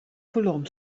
kolom